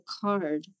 card